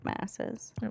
Masses